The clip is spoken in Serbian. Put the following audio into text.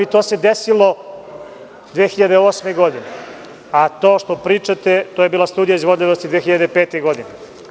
To se desilo 2008. godine, a to što pričate, to je bila studija izvodljivosti 2005. godine.